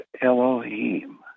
Elohim